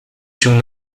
się